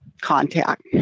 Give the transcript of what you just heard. contact